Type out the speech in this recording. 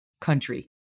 country